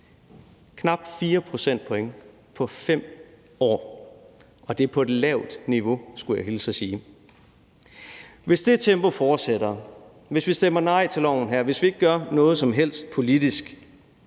knap 4 procentpoint på 5 år! Og det er på et lavt niveau, skulle jeg hilse og sige. Hvis det tempo fortsætter, hvis vi stemmer nej til lovforslaget her, hvis vi ikke gør noget som helst politisk,